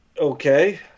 okay